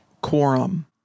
quorum